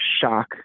shock